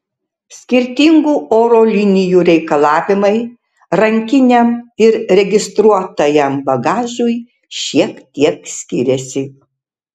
skirtingų oro linijų reikalavimai rankiniam ir registruotajam bagažui šiek tiek skiriasi